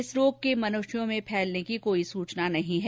इस रोग के मनुष्यों में फैलने की कोई सचना नहीं है